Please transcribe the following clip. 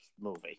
movie